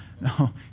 no